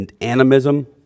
animism